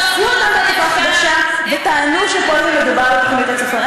עשו מתמטיקה חדשה וטענו שפה מדובר על תוכנית לצפון.